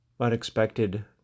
Unexpected